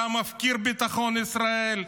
אתה מפקיר את ביטחון ישראל,